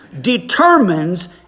determines